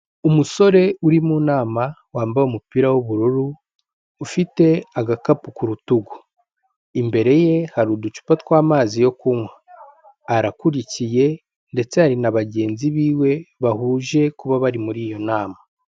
Umusore uri mu nama wambaye umupira w'ubururu ufite agakapu ku rutugu imbere ye hari uducupa t twa'amazi yo kunywa arakurikiye ndetse hari na bagenzi biwe bahuje kuba bari muri iyo nama.